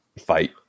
fight